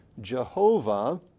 Jehovah